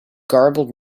garbled